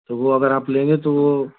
तो वह अगर आप लेंगे तो वह